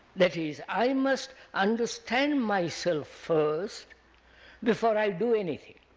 that is, i must understand myself first before i do anything.